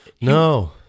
No